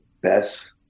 best